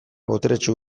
boteretsu